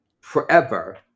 forever